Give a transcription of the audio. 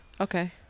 Okay